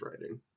writing